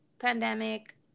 pandemic